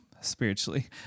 spiritually